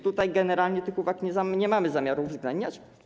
Tutaj generalnie tych uwag nie mamy zamiaru uwzględniać.